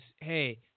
hey